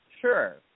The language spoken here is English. sure